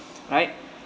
right